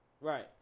Right